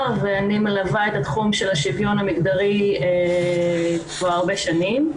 ואני מלווה את התחום של השוויון המגדרי כבר הרבה שנים.